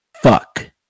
fuck